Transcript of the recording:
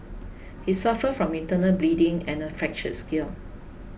he suffered from internal bleeding and a fractured skill